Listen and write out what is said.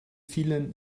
vielen